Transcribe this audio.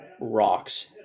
rocks